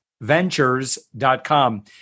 ventures.com